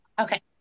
Okay